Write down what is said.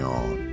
on